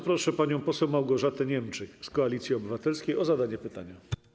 Proszę panią poseł Małgorzatę Niemczyk z Koalicji Obywatelskiej o zadanie pytania.